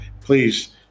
please